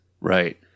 Right